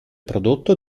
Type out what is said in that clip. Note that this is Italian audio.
prodotto